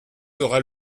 sera